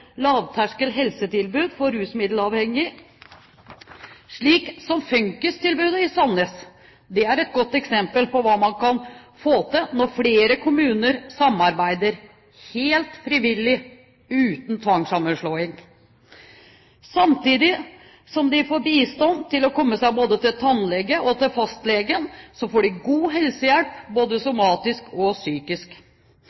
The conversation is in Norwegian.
for rusmiddelavhengige, slik som Funkishuset i Stavanger. Det er et godt eksempel på hva man kan få til, når flere kommuner samarbeider – helt frivillig, uten tvangssammenslåing. Samtidig som de får bistand til å komme seg til tannlege og til fastlege, får de god helsehjelp, både